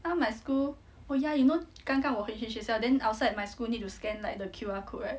now my school oh ya you know 刚刚我回去学校 then outside my school need to scan like the Q_R code right